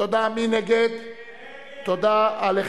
וקבוצת סיעת קדימה לסעיף 3 לא נתקבלה.